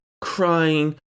crying